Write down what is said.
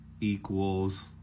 equals